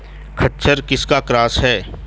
खच्चर किसका क्रास है?